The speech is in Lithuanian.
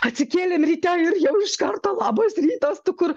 atsikėlėm ryte ir jau iš karto labas rytas tu kur